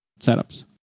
setups